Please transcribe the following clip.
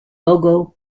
logo